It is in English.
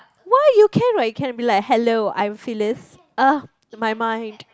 why you can right you can be like hello I'm Phyllis oh my mind